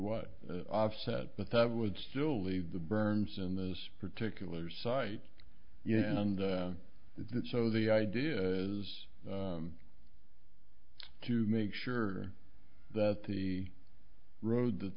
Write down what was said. what offset but that would still leave the berms in this particular site yeah and that so the idea is to make sure that the road that